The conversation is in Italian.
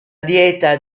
dieta